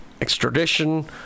extradition